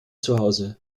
zuhause